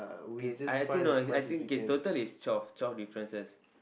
okay I think no I think K total is twelve twelve differences